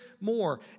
more